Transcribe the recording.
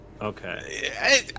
Okay